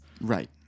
Right